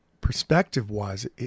perspective-wise